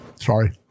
Sorry